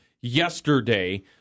yesterday